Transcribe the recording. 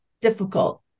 difficult